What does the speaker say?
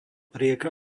rieka